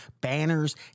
banners